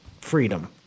freedom